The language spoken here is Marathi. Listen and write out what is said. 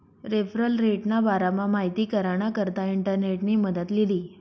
रेफरल रेटना बारामा माहिती कराना करता इंटरनेटनी मदत लीधी